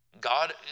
God